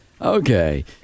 Okay